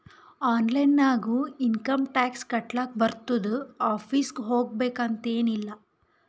online ನಾಗು income tax ಕಟ್ಲಾಕ್ ಬರ್ತುದ್ ಆಫೀಸ್ಗ ಹೋಗ್ಬೇಕ್ ಅಂತ್ ಎನ್ ಇಲ್ಲ